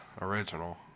original